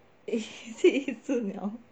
eh is it 一只鸟